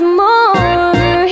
more